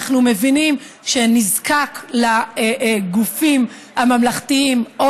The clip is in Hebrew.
אנחנו מבינים שהגופים הממלכתיים נזקקים